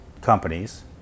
companies